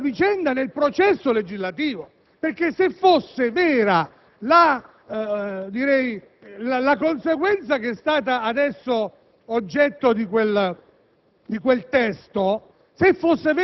dobbiamo sempre inserire questa vicenda nel processo legislativo, perché, se fosse vera la conseguenza che è stata adesso oggetto di quel